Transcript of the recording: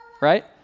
right